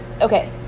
Okay